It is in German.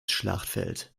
schlachtfeld